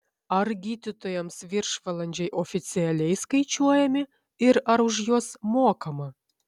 ar gydytojams viršvalandžiai oficialiai skaičiuojami ir ar už juos mokama